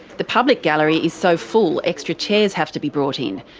the public gallery is so full, extra chairs have to be brought in.